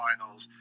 finals